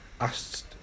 Asked